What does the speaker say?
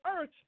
earth